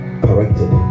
corrected